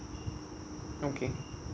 okay